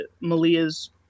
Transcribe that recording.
Malia's